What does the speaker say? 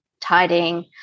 tidying